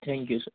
thank you sir